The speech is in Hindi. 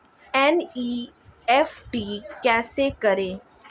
एन.ई.एफ.टी कैसे करें?